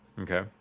Okay